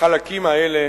בחלקים האלה